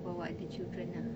bawa the children ah